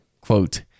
quote